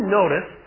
notice